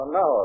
no